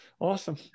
awesome